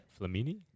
Flamini